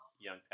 young